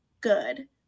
good